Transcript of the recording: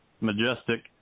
majestic